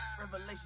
Revelation